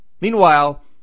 Meanwhile